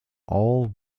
all